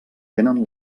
tenen